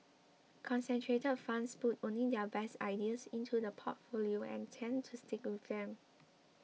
concentrated funds put only their best ideas into the portfolio and tend to stick with them